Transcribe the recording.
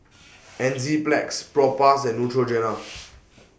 Enzyplex Propass and Neutrogena